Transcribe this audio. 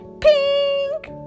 pink